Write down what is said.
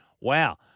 Wow